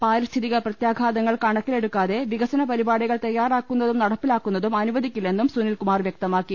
പാരിസ്ഥിതിക പ്രത്യാഘാതങ്ങൾ കണക്കിലെടുക്കാതെ വികസന പരിപാടികൾ തയാറാക്കുന്നതും നടപ്പിലാക്കു ന്നതും അനുവദിക്കില്ലെന്നും സുനിൽ കുമാർ വൃക്തമാക്കി